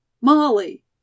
Molly